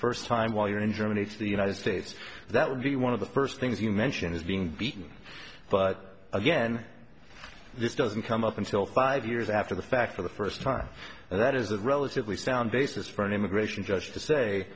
first time while you're in germany to the united states that would be one of the first things you mention is being beaten but again this doesn't come up until five years after the fact for the first time and that is a relatively sound basis for an immigration judge to say